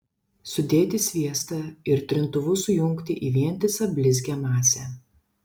sudėti sviestą ir trintuvu sujungti į vientisą blizgią masę